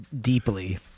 deeply